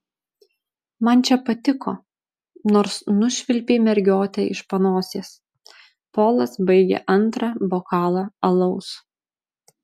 man čia patiko nors nušvilpei mergiotę iš panosės polas baigė antrą bokalą alaus